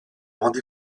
rendez